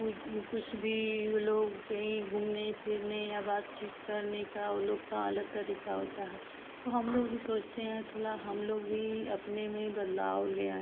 कुछ कुछ भी वह लोग कहीं घूमने फिरने या बातचीत करने का उन लोग का अलग तरीका होता है तो हमलोग भी सोचते हैं थोड़ा हमलोग भी अपने में बदलाव ले आएँ